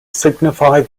signify